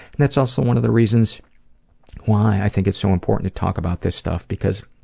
that's also one of the reasons why i think it's so important to talk about this stuff, because,